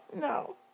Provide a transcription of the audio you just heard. No